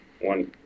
one